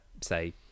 say